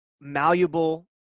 malleable